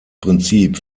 prinzip